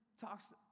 talks